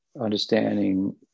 understanding